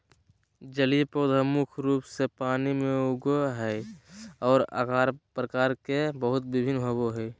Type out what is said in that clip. जलीय पौधा मुख्य रूप से पानी में उगो हइ, और आकार प्रकार में बहुत भिन्न होबो हइ